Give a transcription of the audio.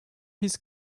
his